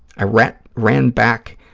i ran ran back